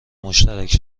مشترک